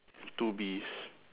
two bees